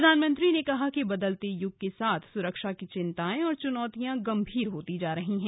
प्रधानमंत्री ने कहा कि बदलते युग के साथ सुरक्षा की चिंताएं और चुनौतियां गंभीर होती जा रही हैं